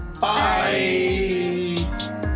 bye